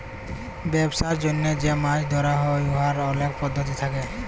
ব্যবসার জ্যনহে যে মাছ ধ্যরা হ্যয় উয়ার অলেক পদ্ধতি থ্যাকে